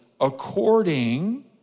according